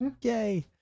yay